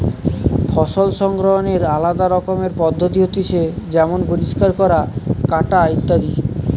ফসল সংগ্রহনের আলদা রকমের পদ্ধতি হতিছে যেমন পরিষ্কার করা, কাটা ইত্যাদি